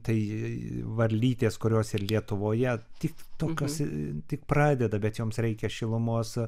tai varlytės kurios ir lietuvoje tik tokios tik pradeda bet joms reikia šilumos